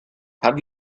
have